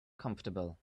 comfortable